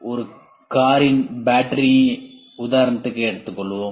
ஒரு காரில் பேட்டரியின் உதாரணத்தை எடுத்துக் கொள்வோம்